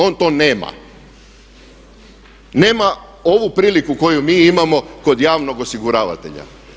On to nema, nema ovu priliku koju mi imamo kod javnog osiguravatelja.